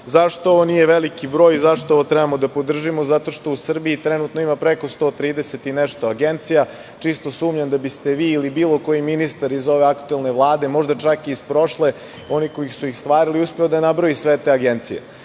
rade.Zašto ovo nije veliki broj i zašto ovo treba da podržimo? Zato što u Srbiji trenutno ima preko 130 i nešto agencija i čisto sumnjam da biste vi ili bilo koji ministar iz ove aktuelne vlade, možda čak i iz prošle, one koji su ih stvarali, uspeo da nabroji sve te agencije.